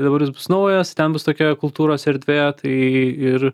dabar jis bus naujas ten bus tokia kultūros erdvė tai ir